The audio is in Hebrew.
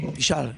תשאל.